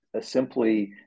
simply